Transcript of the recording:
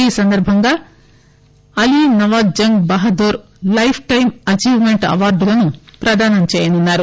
ఈ సందర్బంగా Ali Nawaz Jung Bahadur lifetime achievement అవార్డులను ప్రదానం చేయనున్నారు